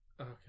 Okay